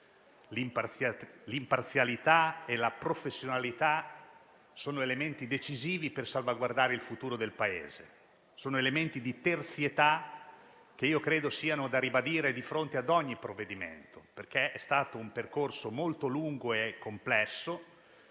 l'imparzialità e la professionalità sono elementi decisivi per salvaguardare il futuro del Paese ed elementi di terzietà che credo siano da ribadire di fronte ad ogni provvedimento, perché vi è stato un percorso molto lungo e complesso.